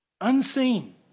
unseen